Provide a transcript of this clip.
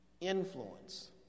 influence